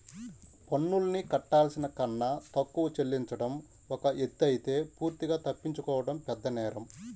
పన్నుల్ని కట్టాల్సిన కన్నా తక్కువ చెల్లించడం ఒక ఎత్తయితే పూర్తిగా తప్పించుకోవడం పెద్దనేరం